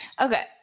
Okay